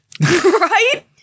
Right